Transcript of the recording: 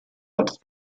had